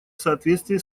соответствие